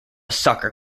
soccer